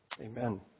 Amen